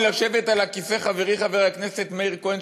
לשבת על הכיסא חברי חבר הכנסת מאיר כהן,